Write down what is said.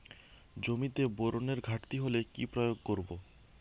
জমিতে বোরনের ঘাটতি হলে কি প্রয়োগ করব?